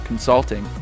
consulting